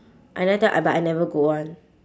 I never tell but I never go one